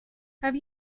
have